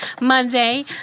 Monday